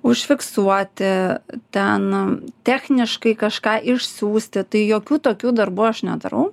užfiksuoti ten techniškai kažką išsiųsti tai jokių tokių darbų aš nedarau